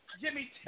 Jimmy